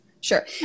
Sure